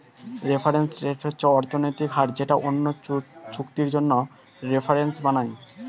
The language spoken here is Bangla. রেফারেন্স রেট হচ্ছে অর্থনৈতিক হার যেটা অন্য চুক্তির জন্য রেফারেন্স বানায়